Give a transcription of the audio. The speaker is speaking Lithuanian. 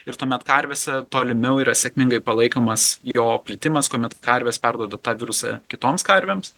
ir tuomet karvėse tolimiau yra sėkmingai palaikomas jo plitimas kuomet karvės perduoda tą virusą kitoms karvėms